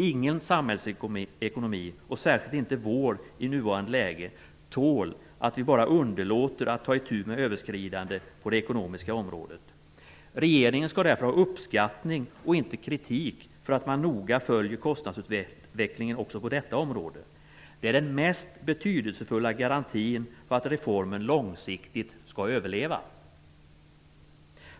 Ingen samhällsekonomi, och särskilt inte vår i nuvarande läge, tål att vi bara underlåter att ta itu med överskridanden på det ekonomiska området. Regeringen skall därför ha uppskattning och inte kritik för att man noga följer kostnadsutvecklingen också på detta område. Det är den mest betydelsefulla garantin för att reformen långsiktigt skall överleva.